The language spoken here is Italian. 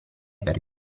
per